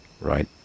right